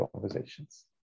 conversations